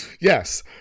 Yes